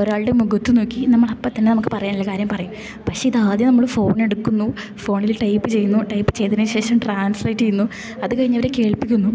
ഒരാളുടെ മുഖത്ത് നോക്കി നമ്മള് അപ്പം തന്നെ നമുക്ക് പറയാനുള്ള കാര്യം പറയും പക്ഷേ ഇത് ആദ്യം നമ്മള് ഫോൺ എടുക്കുന്നു ഫോണില് ടൈപ്പ് ചെയ്യുന്നു ടൈപ്പ് ചെയ്തതിന് ശേഷം ട്രാൻസ്ലേറ്റ് ചെയ്യുന്നു അത് കഴിഞ്ഞവരെ കേൾപ്പിക്കുന്നു